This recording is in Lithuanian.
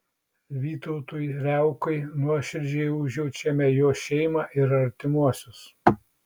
vytautui riaukai nuoširdžiai užjaučiame jo šeimą ir artimuosius